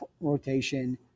rotation